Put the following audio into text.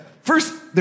first